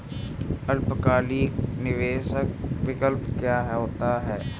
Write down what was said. अल्पकालिक निवेश विकल्प क्या होता है?